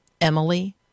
Emily